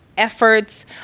Efforts